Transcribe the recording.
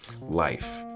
Life